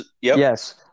Yes